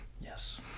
Yes